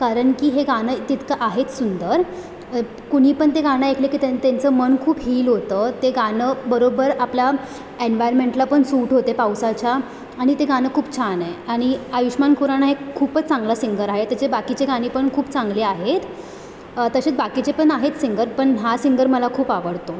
कारण की हे गाणं तितकं आहेच सुंदर ए कुणीपण ते गाणं ऐकलं की त्यां त्याचं मन खूप हील होतं ते गाणं बरोबर आपल्या एन्वायरमेंटला पण सूट होते पावसाच्या आणि ते गाणं खूप छान आहे आणि आयुषमान खुराना हे खूपच चांगला सिंगर आहे त्याचे बाकीचे गाणी पण खूप चांगली आहेत तसेच बाकीचे पण आहेत सिंगर पण हा सिंगर मला खूप आवडतो